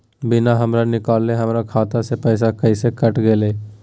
बिना हमरा निकालले, हमर खाता से पैसा कैसे कट गेलई?